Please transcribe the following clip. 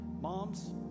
Moms